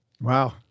Wow